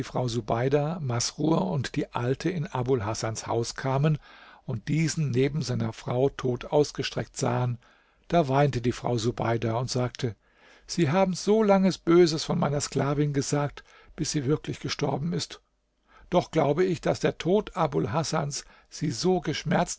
frau subeida masrur und die alte in abul hasans haus kamen und diesen neben seiner frau tot ausgestreckt sahen da weinte die frau subeida und sagte sie haben solange böses von meiner sklavin gesagt bis sie wirklich gestorben ist doch glaube ich daß der tod abul hasans sie so geschmerzt